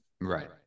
Right